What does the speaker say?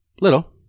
little